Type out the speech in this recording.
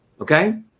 Okay